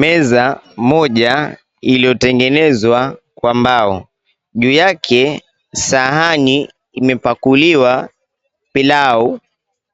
Meza moja iliyotengenezwa kwa mbao. Juu yake sahani imepakuliwa pilau